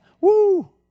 woo